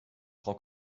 frau